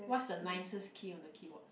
what's the nicest key on the keyboard